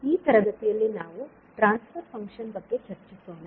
ಈ ತರಗತಿಯಲ್ಲಿ ನಾವು ಟ್ರಾನ್ಸ್ ಫರ್ ಫಂಕ್ಷನ್ ಬಗ್ಗೆ ಚರ್ಚಿಸೋಣ